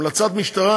המלצת משטרה,